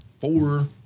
Four